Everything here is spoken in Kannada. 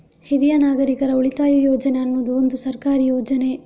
ಹಿರಿಯ ನಾಗರಿಕರ ಉಳಿತಾಯ ಯೋಜನೆ ಅನ್ನುದು ಒಂದು ಸರ್ಕಾರಿ ಯೋಜನೆ